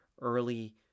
early